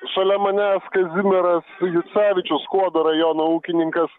šalia manęs kazimieras jucevičius skuodo rajono ūkininkas